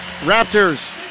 Raptors